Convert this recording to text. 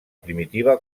primitiva